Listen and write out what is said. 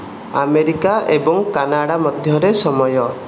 America ଏବଂ Canada ମଧ୍ୟରେ ସମୟ